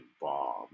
bomb